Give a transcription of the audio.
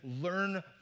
learn